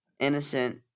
innocent